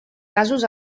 casos